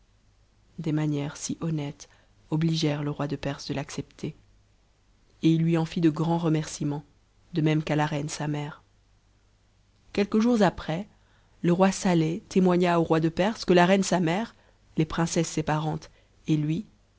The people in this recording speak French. des manières si honnêtes obligèrent le roi de perse de l'accepter et il lui en fit de grands remerciements de même qu'à la reine sa mère quelques jours après le roi saleh témoigna au roi de perse que la reine sa mère les princesses ses parentes et lui